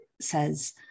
says